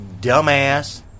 dumbass